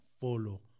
follow